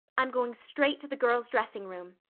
i'm going straight to the girls' dressing room.